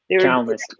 countless